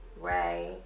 Ray